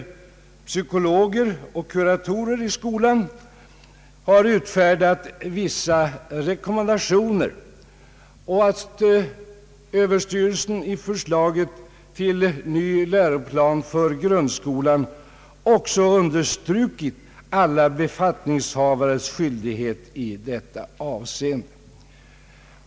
Skolöverstyrelsen hänvisar till att den för »skolkuratorer och skolpsykologer ——— meddelat rekommendationer» och att styrelsen »i förslaget till ny läroplan för grundskolan understrukit alla befattningshavares skyldighet i detta hänsende«.